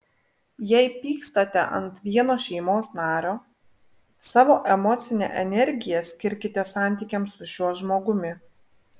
jei pykstate ant vieno šeimos nario savo emocinę energiją skirkite santykiams su šiuo žmogumi